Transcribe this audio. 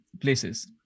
places